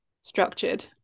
structured